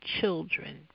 children